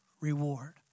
reward